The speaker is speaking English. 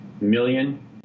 million